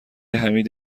حمید